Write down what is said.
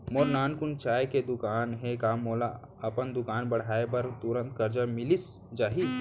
मोर नानकुन चाय के दुकान हे का मोला अपन दुकान बढ़ाये बर तुरंत करजा मिलिस जाही?